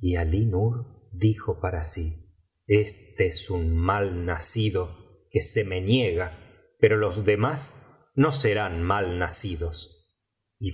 y alí nur dijo para sí este es un mal nacido que se me niega pero los demás no serán mal nacidos